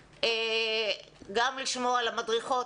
גם לשמוע על המדריכות,